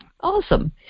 Awesome